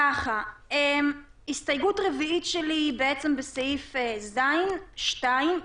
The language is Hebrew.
הסתייגות רביעית שלי היא בסעיף (ז)(2)